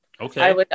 Okay